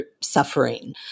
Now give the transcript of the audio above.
suffering